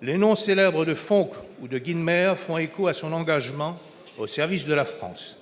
Les noms célèbres de Fonck ou de Guynemer font écho à son engagement au service de la France.